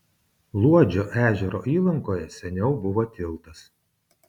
luodžio ežero įlankoje seniau buvo tiltas